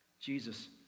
Jesus